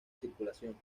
circulación